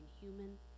human